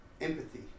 empathy